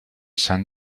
san